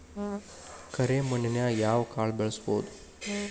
ಕರೆ ಮಣ್ಣನ್ಯಾಗ್ ಯಾವ ಕಾಳ ಬೆಳ್ಸಬೋದು?